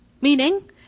Meaning